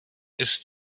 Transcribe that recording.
ist